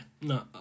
no